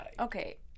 Okay